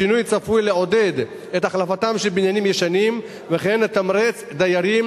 השינוי צפוי לעודד את החלפתם של בניינים ישנים וכן לתמרץ דיירים